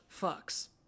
fucks